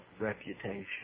reputation